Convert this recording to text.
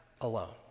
alone